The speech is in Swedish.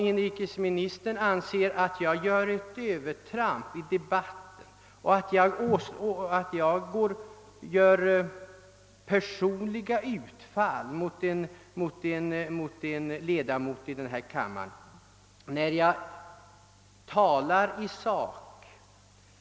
Inrikesministern anser att jag gör ett övertramp i debatten och att jag gör personliga utfall mot en ledamot av kammaren. Men jag talar om en sakfråga, herr inrikesminister.